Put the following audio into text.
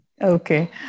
Okay